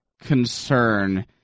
Concern